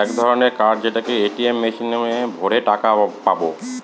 এক ধরনের কার্ড যেটাকে এ.টি.এম মেশিনে ভোরে টাকা পাবো